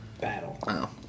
Battle